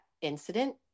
incident